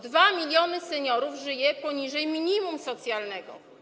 2 mln seniorów żyje poniżej minimum socjalnego.